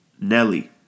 Nelly